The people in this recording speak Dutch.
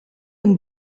een